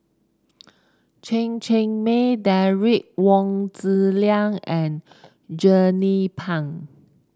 Chen Cheng Mei Derek Wong Zi Liang and Jernnine Pang